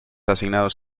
asignados